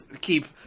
keep